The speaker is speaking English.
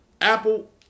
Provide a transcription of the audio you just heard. Apple